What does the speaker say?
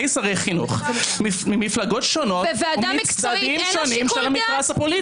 שרי חינוך ממפלגות שונות ומצדדים שונים של המתרס הפוליטי.